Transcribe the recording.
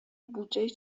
بودجهای